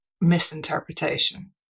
misinterpretation